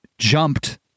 Jumped